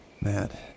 Matt